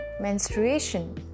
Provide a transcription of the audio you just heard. menstruation